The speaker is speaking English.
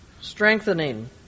strengthening